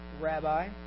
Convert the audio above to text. Rabbi